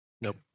Nope